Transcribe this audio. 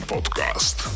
Podcast